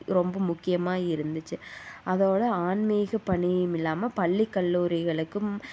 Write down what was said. ரொம்ப முக்கியமாக இருந்துச்சு அதோடய ஆன்மீக பணியுமில்லாமல் பள்ளி கல்லூரிகளுக்கும்